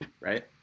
right